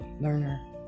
learner